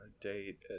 date